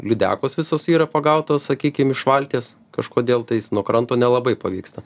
lydekos visos yra pagautos sakykim iš valties kažkodėl tais nuo kranto nelabai pavyksta